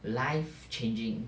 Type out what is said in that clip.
life changing